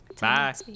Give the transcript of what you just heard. Bye